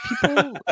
People